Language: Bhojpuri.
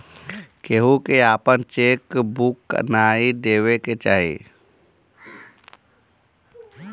केहू के आपन चेक बुक नाइ देवे के चाही